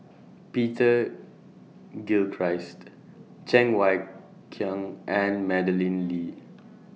Peter Gilchrist Cheng Wai Keung and Madeleine Lee